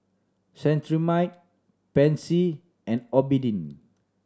Cetrimide Pansy and Obimin